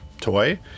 toy